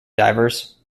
divers